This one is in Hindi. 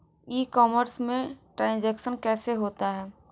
ई कॉमर्स में ट्रांजैक्शन कैसे होता है?